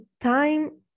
time